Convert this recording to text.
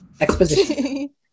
exposition